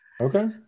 Okay